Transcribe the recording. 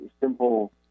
simple